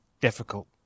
difficult